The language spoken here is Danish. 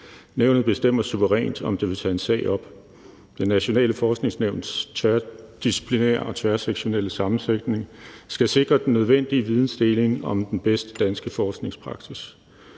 Nævnet bestemmer suverænt, om det vil tage en sag op. Det Nationale Forskningsnævns tværdisciplinære og tværsektionelle sammensætning skal sikre den nødvendige vidensdeling om den bedste danske forskningspraksis.